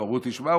הם אמרו: תשמע,